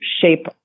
shape